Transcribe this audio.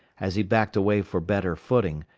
as he backed away for better footing,